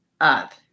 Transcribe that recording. up